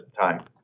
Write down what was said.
time